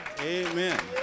Amen